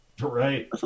Right